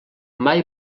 mai